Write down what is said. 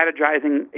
strategizing